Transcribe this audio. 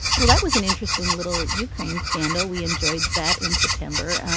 well that was an interesting little ukraine scandal we enjoyed that in september.